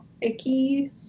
icky